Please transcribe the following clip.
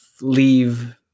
leave